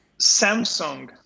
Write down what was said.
Samsung